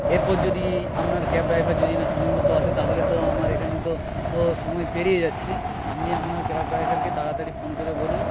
এরপর যদি আপনার ক্যাব ডাইভার যদি না সময়মতো আসে তাহলে তো আমার এখানে তো ও সময় পেরিয়ে যাচ্ছে আপনি আপনার ক্যাব ডাইভারকে তাড়াতাড়ি ফোন করে বলুন